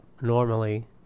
normally